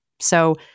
So-